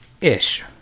Ish